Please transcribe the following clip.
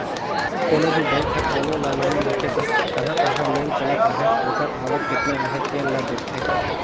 कोनो भी बेंक हर कोनो ल लोन देथे त कहां कहां लोन चलत अहे ओकर आवक केतना अहे तेन ल देखथे